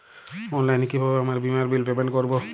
অনলাইনে কিভাবে আমার বীমার বিল পেমেন্ট করবো?